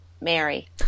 mary